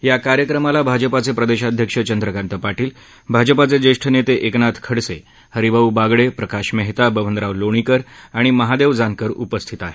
या कार्यक्रमाला भाजपाचे प्रदेशाध्यक्ष चंद्रकांत पाटील भाजपाचे ज्येष्ठ नेते एकनाथ खडसे हरिभाऊ बागडे प्रकाश मेहता बबनराव लोणीकर आणि महादेव जानकर उपस्थित आहेत